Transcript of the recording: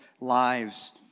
lives